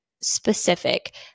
specific